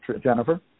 Jennifer